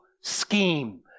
scheme